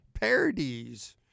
parodies